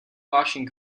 washing